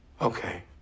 Okay